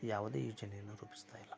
ಯಾವುದೇ ಯೋಜನೆ ರೂಪಿಸ್ತಾ ಇಲ್ಲ